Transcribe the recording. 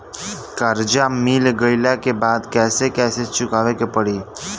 कर्जा मिल गईला के बाद कैसे कैसे चुकावे के पड़ी?